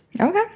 Okay